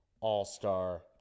All-Star